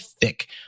thick